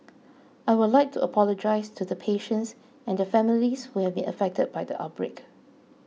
I would like to apologise to the patients and their families who have been affected by the outbreak